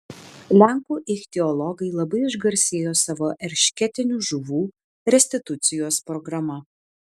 lenkų ichtiologai labai išgarsėjo savo eršketinių žuvų restitucijos programa